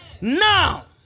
Now